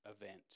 event